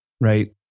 right